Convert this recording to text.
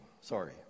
Sorry